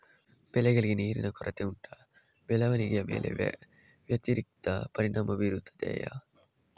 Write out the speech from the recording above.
ಬೆಳೆಗಳಿಗೆ ನೀರಿನ ಕೊರತೆ ಉಂಟಾ ಬೆಳವಣಿಗೆಯ ಮೇಲೆ ವ್ಯತಿರಿಕ್ತ ಪರಿಣಾಮಬೀರುತ್ತದೆಯೇ?